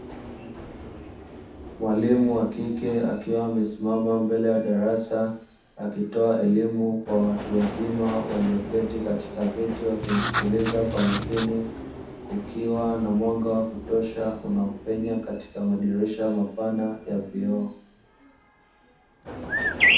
Mwalimu wa kike akiwa amesimama mbele ya darasa, akitoa elimu ya watu wazima wakiwa wameketi katika viti ,wakimsikiliza kwa makini, kukiwa na mwanga wa kutosha ,unaopenye katika madirisha mapana ya vioo.